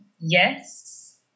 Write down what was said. Yes